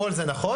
כל זה נכון,